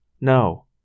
No